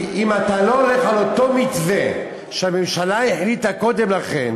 אם אתה לא הולך על אותו מתווה שהממשלה החליטה קודם לכן